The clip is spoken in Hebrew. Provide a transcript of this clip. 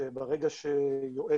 שברגע שיועץ